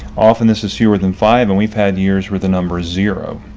often this is fewer than five and we've had years where the numbers zero.